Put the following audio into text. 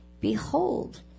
behold